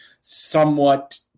somewhat